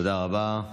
תודה רבה.